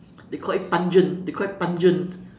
they call it pungent they call it pungent